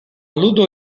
ludo